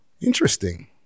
Interesting